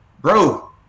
bro